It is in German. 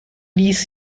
ließ